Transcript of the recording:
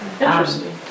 Interesting